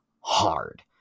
hard